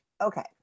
okay